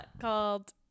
called